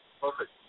Perfect